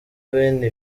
bene